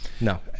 No